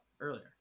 earlier